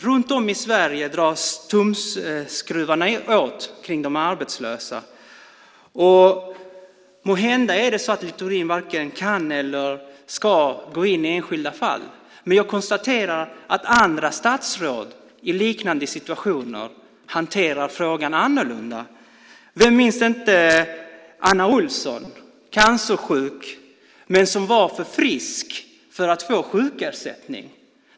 Runt om i Sverige dras tumskruvarna åt för de arbetslösa. Måhända är det så att Littorin varken kan eller ska gå in i enskilda fall. Men jag konstaterar att andra statsråd i liknande situationer hanterar frågan annorlunda. Vem minns inte den cancersjuka Anna Olsson som var för frisk för att få sjukersättning?